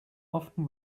often